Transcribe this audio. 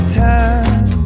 time